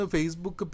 Facebook